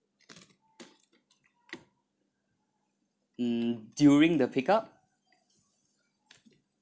mm during the pickup